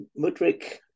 Mudrick